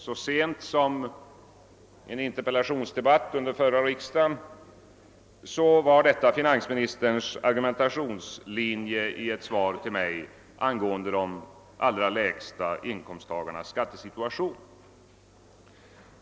Så sent som under förra riksdagen var detta finansministerns argumentationslinje i ett interpellationssvar till mig angående de allra lägsta inkomsttagarnas skattesituation.